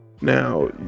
now